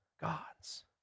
God's